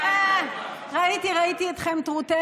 אנחנו כבר חודשיים,